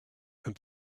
and